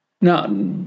Now